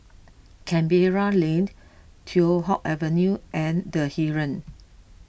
Canberra Lane Teow Hock Avenue and the Heeren